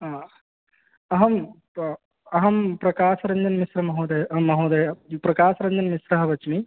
अहम् अहं प्रकाशरञ्जनमिश्रमहोदयः महोदयः प्रकाशरञ्जनमिश्रः वच्मि